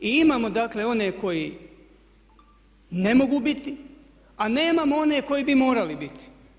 I imamo dakle one koji ne mogu biti, a nemamo one koji bi morali biti.